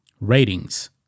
ratings